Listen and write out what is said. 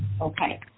Okay